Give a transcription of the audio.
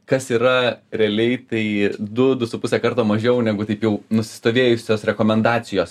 kas yra realiai tai du du su puse karto mažiau negu taip jau nusistovėjusios rekomendacijos